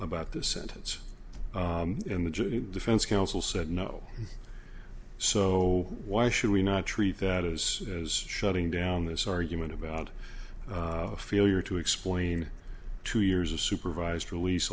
about the sentence in the defense counsel said no so why should we not treat that as as shutting down this argument about failure to explain two years of supervised release